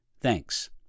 thanks